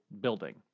building